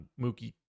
Mookie